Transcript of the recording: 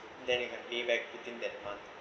then you can pay back within that month